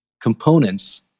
components